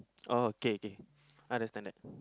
oh okay okay understand that